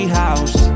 house